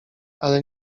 ale